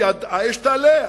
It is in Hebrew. האש תעלה,